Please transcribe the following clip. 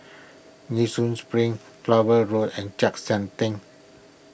Nee Soon Spring Flower Road and Chek Sian Tng